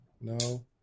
No